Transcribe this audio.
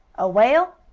a whale?